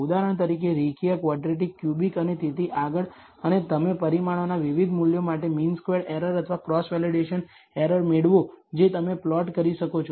ઉદાહરણ તરીકે રેખીય ક્વોડ્રેટિક ક્યુબિક અને તેથી આગળ અને તમે પરિમાણોના વિવિધ મૂલ્યો માટે મીન સ્ક્વેર્ડ એરર અથવા ક્રોસ વેલિડેશન એરર મેળવો જે તમે પ્લોટ કરી શકો છો